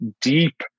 deep